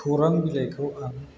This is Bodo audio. खौरां बिलाइखौ आं